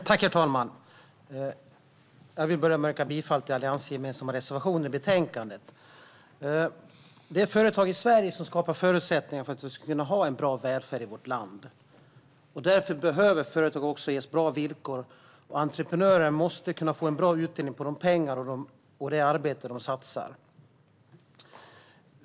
Herr talman! Jag vill börja med att yrka bifall till den alliansgemensamma reservationen i betänkandet. Det är företag i Sverige som skapar förutsättningar för att vi ska kunna ha en bra välfärd i vårt land. Därför behöver företag ges bra villkor, och entreprenörer måste kunna få en bra utdelning på de pengar de satsar och det arbete de utför.